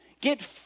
Get